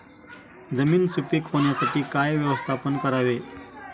जमीन सुपीक होण्यासाठी काय व्यवस्थापन करावे?